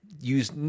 use